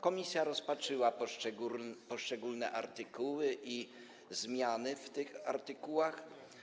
Komisja rozpatrzyła poszczególne artykuły i zmiany w tych artykułach.